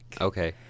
okay